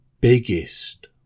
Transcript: biggest